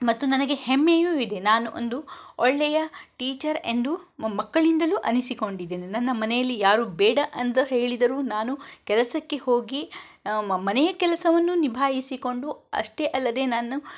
ಮತ್ತು ನನಗೆ ಹೆಮ್ಮೆಯೂ ಇದೆ ನಾನು ಒಂದು ಒಳ್ಳೆಯ ಟೀಚರ್ ಎಂದು ಮ ಮಕ್ಕಳಿಂದಲೂ ಅನಿಸಿಕೊಂಡಿದ್ದೇನೆ ನನ್ನ ಮನೆಯಲ್ಲಿ ಯಾರು ಬೇಡ ಅಂತ ಹೇಳಿದರೂ ನಾನು ಕೆಲಸಕ್ಕೆ ಹೋಗಿ ಮ ಮನೆಯ ಕೆಲಸವನ್ನೂ ನಿಭಾಯಿಸಿಕೊಂಡು ಅಷ್ಟೇ ಅಲ್ಲದೆ ನನ್ನ